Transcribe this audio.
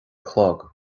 chlog